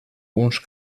uns